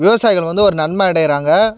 விவசாயிகள் வந்து ஒரு நன்மை அடைகிறாங்க